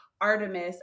Artemis